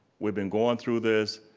we've been going through this,